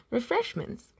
Refreshments